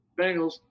Bengals